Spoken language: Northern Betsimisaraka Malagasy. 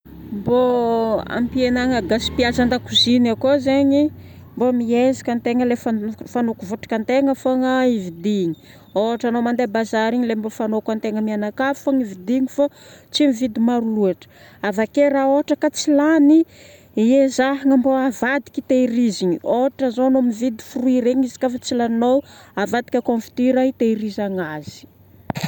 Mbô hampihenagna gaspillage an-dakozia igny akao zegny, mbô miezaka antegna le fanoko votrika antegna fogna ividigna. Ohatra anao mandeha bazary igny le mba fanokon-tegna mianakavy fogna ividigna fô tsy mividy maro loatra. Avake raha ohatra ka tsy lany dia ezahana mba avadika tehirizigny. Ohatra zao anao mividy fruit regny izy koafa tsy laninao, avadika confiture hitehirizana azy.